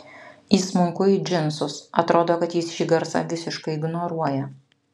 įsmunku į džinsus atrodo kad jis šį garsą visiškai ignoruoja